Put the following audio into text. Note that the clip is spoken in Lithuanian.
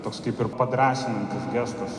toks kaip ir padrąsinantis gestas